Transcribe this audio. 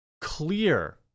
clear